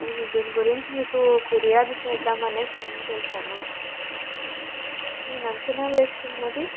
నేను దీని గురించి మీకు ఫిర్యాదు చేద్దామనే ఫోన్ చేశాను నేను అంచనా వేసుకున్నది